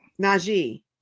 Najee